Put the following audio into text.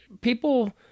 people